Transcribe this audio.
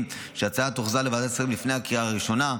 שההצעה תוחזר לוועדת השרים לפני הקריאה הראשונה.